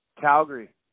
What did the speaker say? Calgary